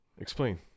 Explain